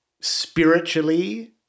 spiritually